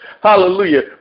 Hallelujah